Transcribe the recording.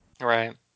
Right